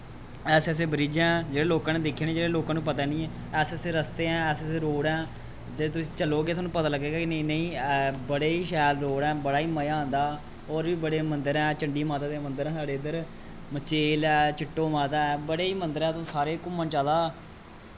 ऐसे ऐसे ब्रिज ऐ जेह्ड़े लोकां ने दिक्खे निं जेह्ड़े लोकां नू पता निं ऐसे ऐसे रस्ते ऐ ऐसे ऐेसे रोड़ ऐ जे तुस चलो गे ते थोआनू पता लग्गे गा कि नेईं नेईं बड़े ई शैल रोड़ ऐ बड़ा ई मज़ा आंदा होर बी बड़े मन्दर ऐ चण्डी माता दे मन्दर ऐ साढ़े इद्धर मचेल ऐ चिट्टो माता ऐ बड़े इ मन्दर ऐ तुसें सारै घूमन चाहिदा